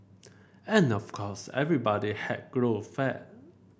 and of course everybody has grown fat